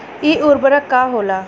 इ उर्वरक का होला?